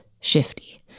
shifty